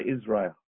Israel